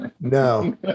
No